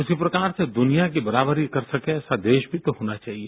उसी प्रकार से दुनिया की बराबरी कर सके ऐसा देश भी तो होना चाहिए